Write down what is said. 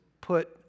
put